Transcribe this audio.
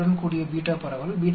5 உடன் கூடிய பீட்டா பரவல்